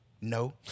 No